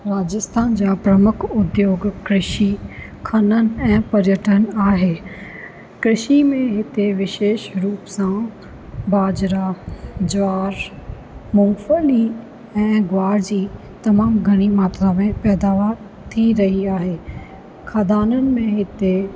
राजस्थान जा प्रमुख उद्योग कृषि खननि ऐं प्रयटन आहे कृषि में हिते विषेश रूप सां बाजरा ज्वार मूंगफली ऐं ग्वार जी तमामु घणी मात्रा में पैदावारु थी रही आहे खदाननि में हिते